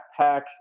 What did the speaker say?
backpack